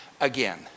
again